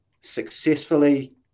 successfully